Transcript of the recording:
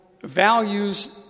values